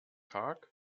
tag